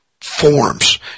forms